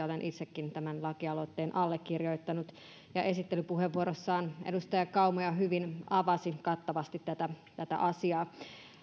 olen itsekin tämän lakialoitteen allekirjoittanut esittelypuheenvuorossaan edustaja kauma jo hyvin avasi kattavasti tätä tätä asiaa